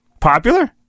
popular